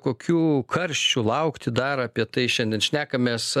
kokių karščių laukti dar apie tai šiandien šnekamės